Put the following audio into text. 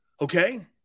Okay